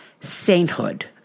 sainthood